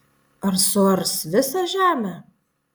ar suars visą žemę